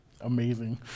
amazing